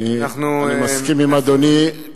אני מסכים עם אדוני,